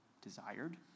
desired